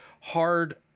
hard